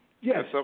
Yes